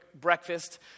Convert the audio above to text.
breakfast